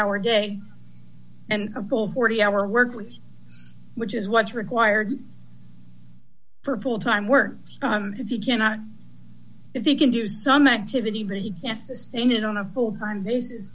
hour day and a full forty hour work week which is what's required for full time work if you cannot if you can do some activity but he can't sustain it on a full time basis